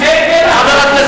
לא מסוגלת.